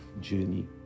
journey